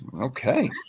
Okay